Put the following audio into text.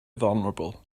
vulnerable